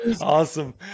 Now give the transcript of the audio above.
Awesome